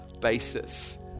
basis